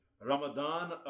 Ramadan